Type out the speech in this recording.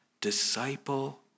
disciple